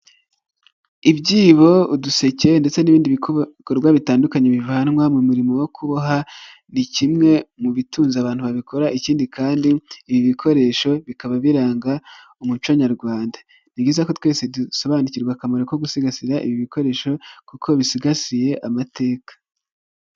Ibyibo, uduseke ndetse n'ibindi bikorwa bitandukanye bivanwa mu murimo wo kuboha ni kimwe mu bitunze abantu babikora, ikindi kandi ibi bikoresho bikaba biranga umuco nyarwanda, ni byiza ko twese dusobanukirwa akamaro ko gusigasira ibi bikoresho kuko bisigasiye amateka.